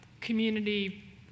community